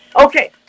Okay